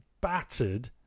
battered